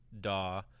DAW